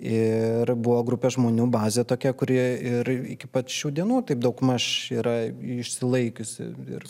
ir buvo grupė žmonių bazė tokia kuri ir iki pat šių dienų taip daugmaž yra išsilaikiusi ir